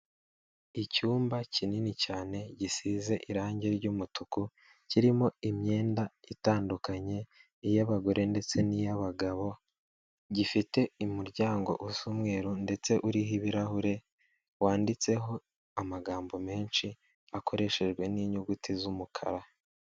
Icyumba kinini cyane gisize irange ry'umutuku, kirimo imyenda itandukanye, iy'abagore ndetse n'iy'abagabo. Gifite umuryango usa umweru ndetse uriho ibirahure, wanditseho amagambo menshi, akoreshejwe n'inyuguti z'umukara.